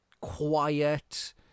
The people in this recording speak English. quiet